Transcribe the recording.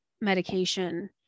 medication